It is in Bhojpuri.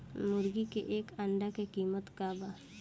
मुर्गी के एक अंडा के कीमत का बा?